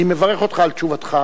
אני מברך אותך על תשובתך,